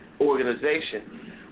organization